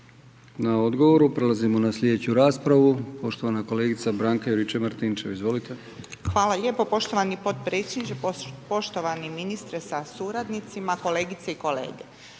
na odgovoru. Prelazimo na slijedeću raspravu, poštovana kolegica Branka Juričev-Martinčev, izvolite. **Juričev-Martinčev, Branka (HDZ)** Hvala lijepo poštovani potpredsjedniče, poštovani ministre s suradnicima, kolegice i kolege.